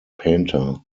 painter